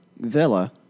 villa